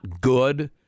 good